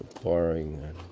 boring